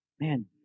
Man